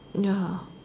ya